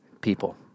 people